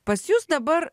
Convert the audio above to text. pas jus dabar